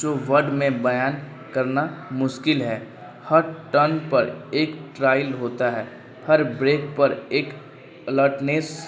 جو ورڈ میں بیان کرنا مشکل ہے ہر ٹرن پر ایک ٹرائل ہوتا ہے ہر بریک پر ایک الرٹنیس